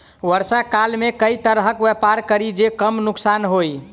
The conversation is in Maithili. वर्षा काल मे केँ तरहक व्यापार करि जे कम नुकसान होइ?